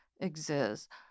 Exist